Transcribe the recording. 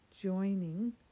joining